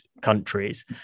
countries